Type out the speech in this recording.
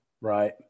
Right